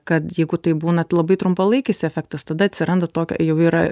kad jeigu tai būna labai trumpalaikis efektas tada atsiranda tokia jau yra